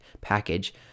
package